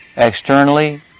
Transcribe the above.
externally